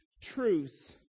truth